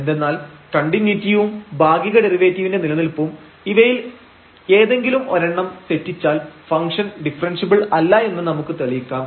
എന്തെന്നാൽ കണ്ടിന്യൂയിറ്റിയും ഭാഗിക ഡെറിവേറ്റീവിന്റെ നിലനിൽപ്പും ഇവയിൽ ഏതെങ്കിലും ഒരെണ്ണം തെറ്റിച്ചാൽ ഫംഗ്ഷൻ ഡിഫറെൻറഷ്യബിൾ അല്ല എന്ന് നമുക്ക് തെളിയിക്കാം